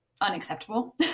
unacceptable